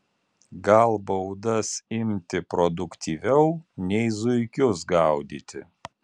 gal baudas imti produktyviau nei zuikius gaudyti